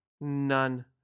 None